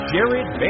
Jared